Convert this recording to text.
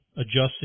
adjusted